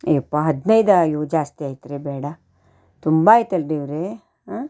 ಯಪ್ಪಾ ಹದಿನೈದಾ ಅಯ್ಯೋ ಜಾಸ್ತಿ ಆಯ್ತುರೀ ಬೇಡ ತುಂಬ ಆಯ್ತಲ್ಲ ದೇವರೇ